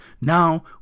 Now